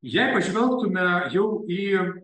jei pažvelgtume jau į